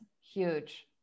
huge